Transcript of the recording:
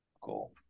Cool